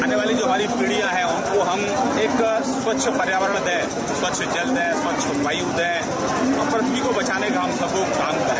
आने वाली जो हमारी पीढ़ियां है उनको हम एक स्वच्छ पर्यावरण दे स्वच्छ जल दे स्वच्छ वायु दे और पृथ्वी को बचाने का हम सब लोग काम करे